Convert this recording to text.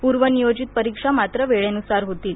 पूर्वनियोजित परीक्षा मात्र वेळेनुसार होतील